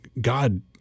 God